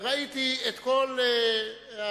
וראיתי את כל השרים: